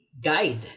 guide